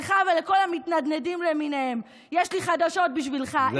לך ולכל המתנדנדים למיניהם: יש לי חדשות בשבילך,